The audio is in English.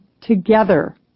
together